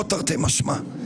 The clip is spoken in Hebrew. לא תרתי משמע.